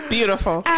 Beautiful